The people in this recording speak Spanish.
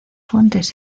fuentes